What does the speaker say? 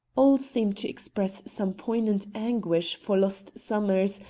all seemed to express some poignant anguish for lost summers,